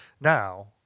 Now